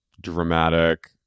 dramatic